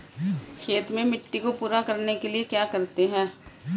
खेत में मिट्टी को पूरा करने के लिए क्या करते हैं?